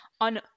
on